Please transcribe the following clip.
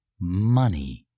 Money